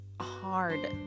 hard